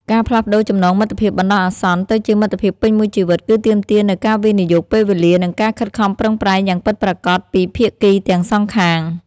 ការផ្លាស់ប្តូរចំណងមិត្តភាពបណ្ដោះអាសន្នទៅជាមិត្តភាពពេញមួយជីវិតគឺទាមទារនូវការវិនិយោគពេលវេលានិងការខិតខំប្រឹងប្រែងយ៉ាងពិតប្រាកដពីភាគីទាំងសងខាង។